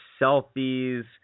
selfies